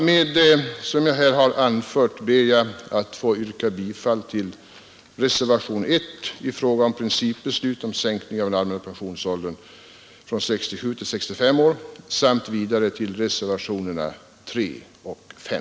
Med det som jag här har anfört ber jag att få yrka bifall till reservationen I i fråga om principbeslut om sänkning av den allmänna pensionsåldern från 67 till 65 år samt vidare till reservationerna III och Vv